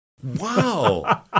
Wow